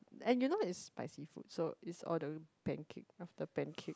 and you know is spicy food so is all the pancake after pancake